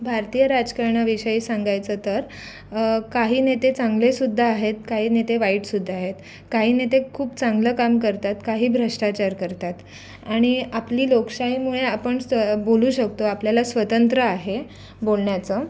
भारतीय राजकारणाविषयी सांगायचं तर काही नेते चांगले सुद्धा आहेत काही नेते वाईट सुद्धा आहेत काही नेते खूप चांगलं काम करतात काही भ्रष्टाचार करतात आणि आपली लोकशाहीमुळे आपण स बोलू शकतो आपल्याला स्वतंत्र आहे बोलण्याचा